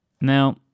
Now